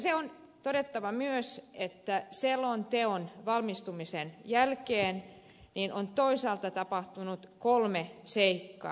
se on todettava myös että selonteon valmistumisen jälkeen on toisaalta tapahtunut kolme seikkaa